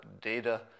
data